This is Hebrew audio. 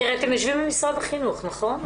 כי אתם יושבים במשרד החינוך, נכון?